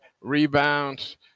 Rebounds